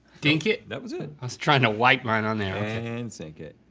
dink it. that was it. i was trying to wipe mine on there. and sink it.